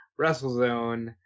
WrestleZone